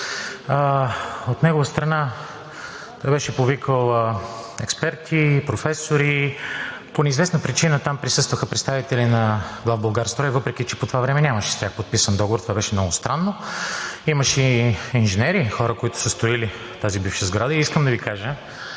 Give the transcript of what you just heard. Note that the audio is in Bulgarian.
От негова страна беше повикал експерти, професори, а по неизвестна причина там присъстваха представители на „Главболгарстрой“, въпреки че по това време нямаше подписан договор с тях. Това беше много странно, а имаше и инженери, и хора, които са строили тази бивша сграда. Искам да Ви кажа,